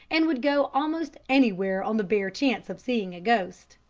and would go almost anywhere on the bare chance of seeing a ghost.